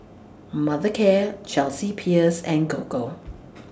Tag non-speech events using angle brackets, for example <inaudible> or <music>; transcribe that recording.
Mothercare Chelsea Peers and Gogo <noise>